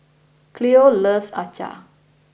Khloe loves Acar